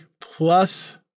plus